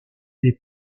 des